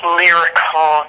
lyrical